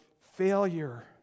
failure